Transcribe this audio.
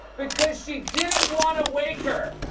because she didn't want to wake her.